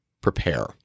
prepare